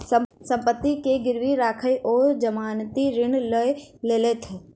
सम्पत्ति के गिरवी राइख ओ जमानती ऋण लय लेलैथ